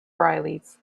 rileys